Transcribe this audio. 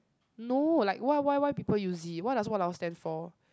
no like why why why people use it what does !walao! stand for